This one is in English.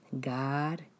God